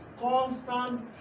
constant